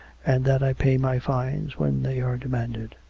and that i pay my fines when they are demanded.